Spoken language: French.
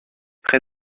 près